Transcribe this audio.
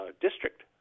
district